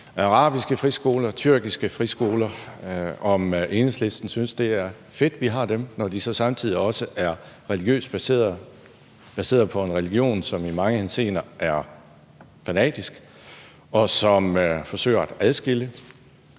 arabiske friskoler, tyrkiske friskoler. Synes Enhedslisten, at det er fedt, at vi har dem, når de så samtidig også er religiøst baseret, baseret på en religion, som i mange henseender er fanatisk, som forsøger at adskille,